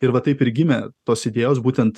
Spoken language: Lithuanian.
ir va taip ir gimė tos idėjos būtent